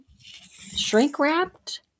shrink-wrapped